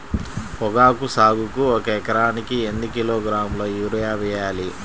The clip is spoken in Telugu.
పొగాకు సాగుకు ఒక ఎకరానికి ఎన్ని కిలోగ్రాముల యూరియా వేయాలి?